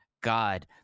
god